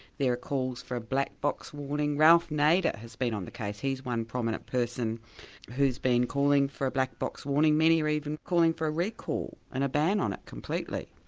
there are calls for a black box warning, ralph nader has been on the case, he's one prominent person who's been calling for a black box warning, many are even calling for a recall and a ban on it completely.